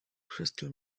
crystal